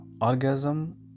orgasm